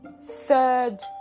third